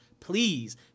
Please